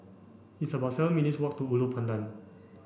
it's about seven minutes' walk to Ulu Pandan